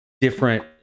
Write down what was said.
different